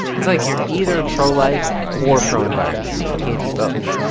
it's like you're either pro-life or pro-environment. you can't be both.